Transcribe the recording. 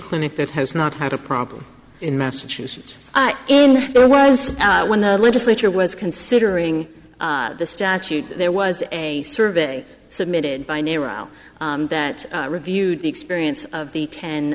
clinic that has not had a problem in massachusetts in there was when the legislature was considering the statute there was a survey submitted by nero that reviewed the experience of the ten